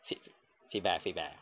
feed~ feed~ feedback feedback ah